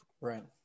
right